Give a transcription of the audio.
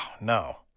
no